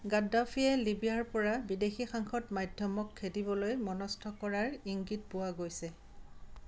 গাদ্দাফীয়ে লিবিয়াৰ পৰা বিদেশী সাংসদ মাধ্যমক খেদিবলৈ মনস্থ কৰাৰ ইংগিত পোৱা গৈছে